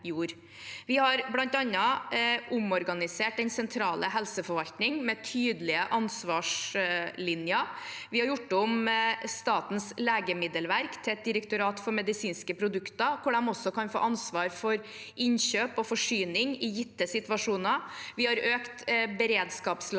Vi har bl.a. omorganisert den sentrale helseforvaltningen med tydelige ansvarslinjer. Vi har gjort om Statens legemiddelverk til et direktorat for medisinske produkter, hvor de også kan få ansvar for innkjøp og forsyning i gitte situasjoner. Vi har økt beredskapslagrene